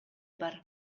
бар